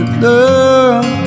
love